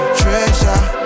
treasure